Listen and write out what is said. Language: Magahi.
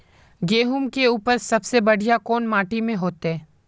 गेहूम के उपज सबसे बढ़िया कौन माटी में होते?